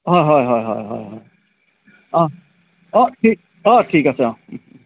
হয় হয় হয় হয় হয় হয় অঁ অঁ ঠিক অঁ ঠিক আছে অঁ